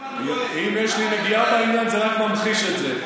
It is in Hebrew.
אם יש לי נגיעה בעניין זה רק ממחיש את זה.